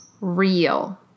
real